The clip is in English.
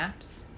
apps